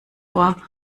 ohr